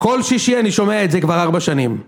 כל שישי אני שומע את זה כבר ארבע שנים